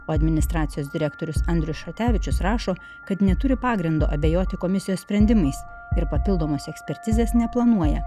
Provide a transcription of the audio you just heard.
o administracijos direktorius andrius šatevičius rašo kad neturi pagrindo abejoti komisijos sprendimais ir papildomos ekspertizės neplanuoja